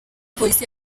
polisi